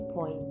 point